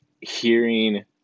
Hearing